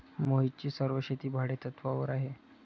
मोहितची सर्व शेती भाडेतत्वावर आहे